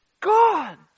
God